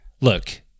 Look